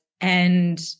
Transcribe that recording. and-